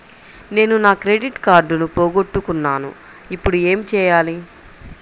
నేను నా క్రెడిట్ కార్డును పోగొట్టుకున్నాను ఇపుడు ఏం చేయాలి?